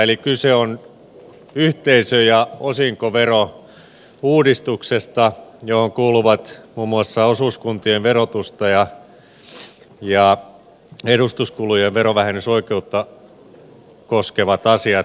eli kyse on yhteisö ja osinkoverouudistuksesta johon kuuluvat muun muassa osuuskuntien verotusta ja edustuskulujen verovähennysoikeutta koskevat asiat